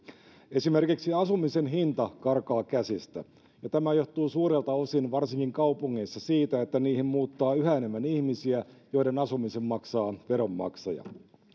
esimerkiksi asumisen hinta karkaa käsistä ja tämä johtuu suurelta osin varsinkin kaupungeissa siitä että niihin muuttaa yhä enemmän ihmisiä joiden asumisen maksaa veronmaksaja